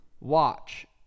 watch